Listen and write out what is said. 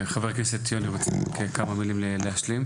חבר הכנסת יוני רוצה להשלים כמה מילים, בבקשה.